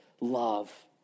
love